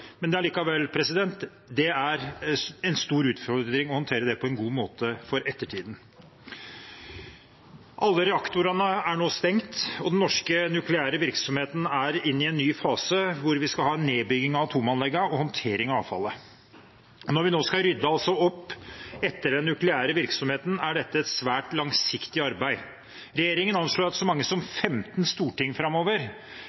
men ikke så mye brensel. Det er en stor utfordring å håndtere det på en god måte for ettertiden. Alle reaktorene er nå stengt, og den norske nukleære virksomheten er inne i en ny fase, der vi skal ha en nedbygging av atomanleggene og håndtering av avfallet. Når vi nå skal rydde opp etter den nukleære virksomheten, er dette et svært langsiktig arbeid. Regjeringen anslår at så mange